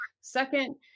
second